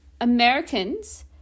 Americans